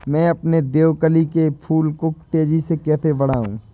मैं अपने देवकली के फूल को तेजी से कैसे बढाऊं?